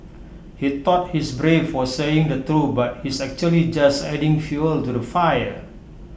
he thought he's brave for saying the truth but he's actually just adding fuel to the fire